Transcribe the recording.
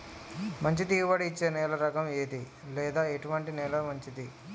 మంచి దిగుబడి ఇచ్చే నేల రకం ఏది లేదా ఎటువంటి నేల మంచిది?